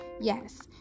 Yes